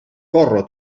corro